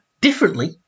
differently